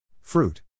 Fruit